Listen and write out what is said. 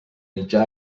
mitjà